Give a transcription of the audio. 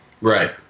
right